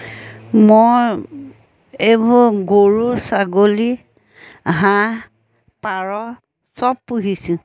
মই এইবোৰ গৰু ছাগলী হাঁহ পাৰ চব পুহিছোঁ